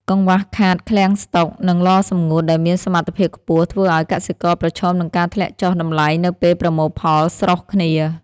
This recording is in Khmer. កង្វះខាតឃ្លាំងស្ដុក និងឡសម្ងួតដែលមានសមត្ថភាពខ្ពស់ ធ្វើឱ្យកសិករប្រឈមនឹងការធ្លាក់ចុះតម្លៃនៅពេលប្រមូលផលស្រុះគ្នា។